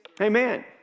Amen